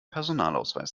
personalausweis